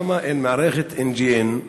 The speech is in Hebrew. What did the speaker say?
למה אין מערכת NGN,